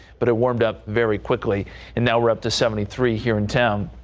but it warmed up very quickly and now we're up to seventy three here in town.